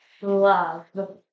love